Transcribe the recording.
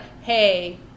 hey